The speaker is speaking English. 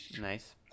Nice